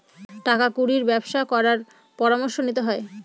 টাকা কুড়ির ব্যবসা করার পরামর্শ নিতে হয়